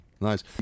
nice